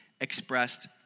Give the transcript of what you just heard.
expressed